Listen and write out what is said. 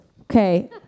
okay